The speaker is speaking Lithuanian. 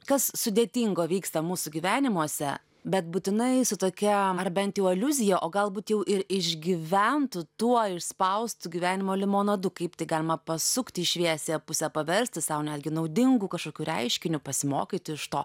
kas sudėtingo vyksta mūsų gyvenimuose bet būtinai su tokia ar bent jau aliuzija o galbūt jau ir išgyventu tuo išspaustu gyvenimo limonadu kaip tai galima pasukti į šviesiąją pusę paversti sau netgi naudingu kažkokiu reiškiniu pasimokyti iš to